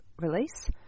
release